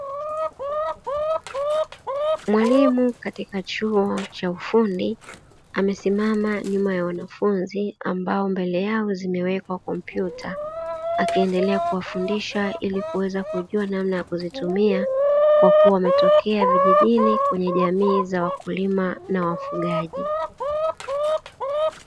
Mwalimu katika chuo cha ufundi amesimama nyuma ya wanafunzi ambao mbele yao zimewekwa kompyuta, akiendelea kuwafundisha ili kuweza kujua namna ya kuzitumia kwa kuwa wametokea kijijini kwenye jamii za wakulima na wafugaji.